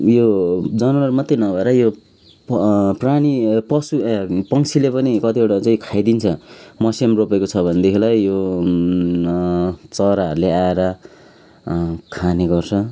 यो जनावर मात्रै नभएर यो प प्राणी पशु पन्छीले पनि कतिवटा चाहिँ खाइदिन्छ मस्याम रोपेको छ भनेदेखिलाई यो चराहरूले आएर खाने गर्छ